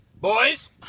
Boys